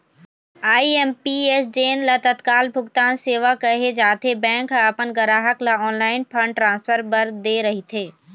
IMPS जेन ल तत्काल भुगतान सेवा कहे जाथे, बैंक ह अपन गराहक ल ऑनलाईन फंड ट्रांसफर बर दे रहिथे